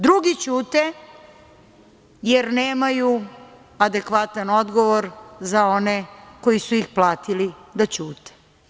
Drugi ćute, jer nemaju adekvatan odgovor za one koji su ih platili da ćute.